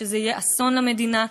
שזה יהיה אסון למדינה.